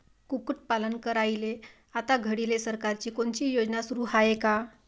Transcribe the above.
कुक्कुटपालन करायले आता घडीले सरकारची कोनची योजना सुरू हाये का?